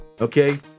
Okay